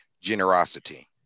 generosity